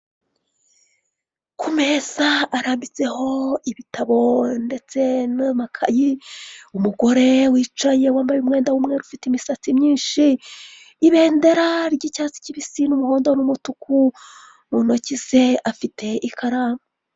Ku meza arambitseho ibitabo ndetse n'amakayi, umugore wicaye wambaye umwenda w'umweru, ufite imisatsi myinshi, ibendera ry'icyatsi kibisi n'umuhondo n'umutuku, mu ntoki ze afite ikaramu.